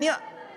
זאת בעיה,